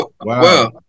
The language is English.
Wow